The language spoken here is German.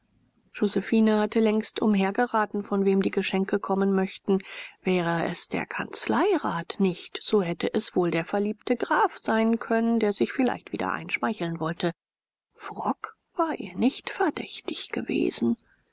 josephine hatte längst umhergeraten von wem die geschenke kommen möchten wäre es der kanzleirat nicht so hätte es wohl der verliebte graf sein können der sich vielleicht wieder einschmeicheln wollte frock war ihr nicht verdächtig gewesen